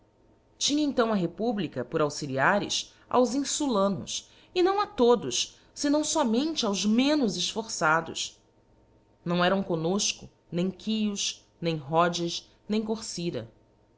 tinha então a republica por auxiliares aos infulanos e não a todos fenão fomente aos menos efforçados não eram comnofco nem chios nem rhodes nem corcyra